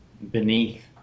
Beneath